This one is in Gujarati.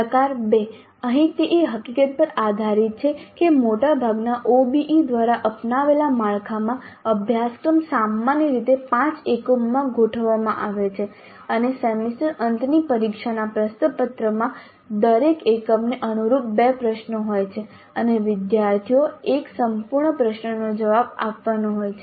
પ્રકાર 2 અહીં તે એ હકીકત પર આધારિત છે કે મોટાભાગના OBE દ્વારા અપનાવેલ માળખામાં અભ્યાસક્રમ સામાન્ય રીતે 5 એકમોમાં ગોઠવવામાં આવે છે અને સેમેસ્ટર અંતની પરીક્ષાના પ્રશ્નપત્રમાં દરેક એકમને અનુરૂપ 2 પ્રશ્નો હોય છે અને વિદ્યાર્થીએ એક સંપૂર્ણ પ્રશ્નનો જવાબ આપવાનો હોય છે